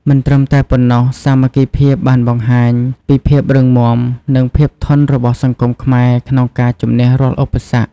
មិនត្រឹមតែប៉ុណ្ណោះ សាមគ្គីភាពបានបង្ហាញពីភាពរឹងមាំ និងភាពធន់របស់សង្គមខ្មែរក្នុងការជំនះរាល់ឧបសគ្គ។